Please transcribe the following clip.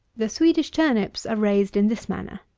the swedish turnips are raised in this manner.